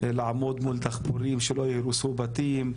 כמו לעמוד מול דחפורים כדי שלא ייהרסו בתים,